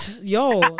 yo